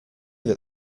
that